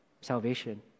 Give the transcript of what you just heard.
salvation